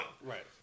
Right